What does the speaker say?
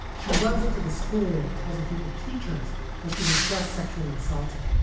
she runs into the school and tells a group of teachers that she was just sexually assaulted